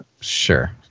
sure